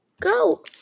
go